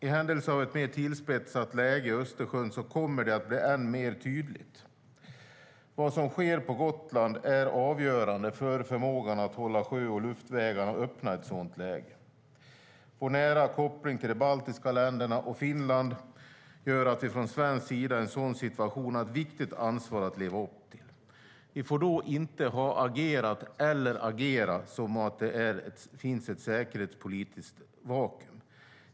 I händelse av ett mer tillspetsat läge i Östersjön kommer det att bli än mer tydligt. Vad som sker på Gotland är avgörande för förmågan att hålla sjö och luftvägarna öppna i ett sådant läge. Vår nära koppling till de baltiska länderna och Finland gör att vi från svensk sida i en sådan situation har ett viktigt ansvar att leva upp till. Vi får då inte ha agerat eller agera som att det finns ett säkerhetspolitiskt vakuum.